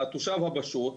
התושב הפשוט,